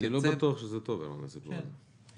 אני לא בטוח שזה טוב הסיפור הזה,